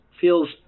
feels